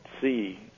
see